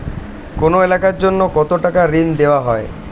কোন এলাকার জন্য কত টাকা ঋণ দেয়া হয়?